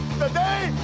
Today